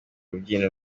rubyiniro